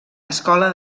escola